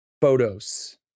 Photos